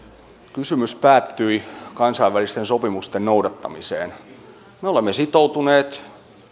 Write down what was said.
kysymys päättyi kansainvälisten sopimusten noudattamiseen me olemme sitoutuneet